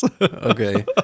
Okay